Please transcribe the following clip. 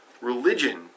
Religion